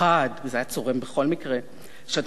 כי זה היה צורם בכל מקרה שאתם עומדים